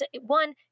one